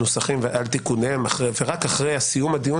על תיקוניהם ורק אחרי סיום הדיון